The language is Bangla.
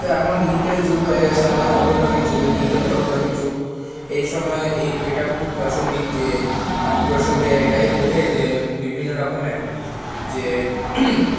তো এখন ডিজিটাল যুগ হয়ে গেছে আমাদের ফটোগ্রাফির যুগে ডিজিটাল ফটোগ্রাফির যুগ এইসময় এটা খুব প্রাসঙ্গিক যে প্রসঙ্গে এটাই ওঠে যে বিভিন্ন রকমের যে